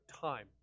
time